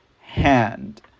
hand